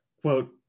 quote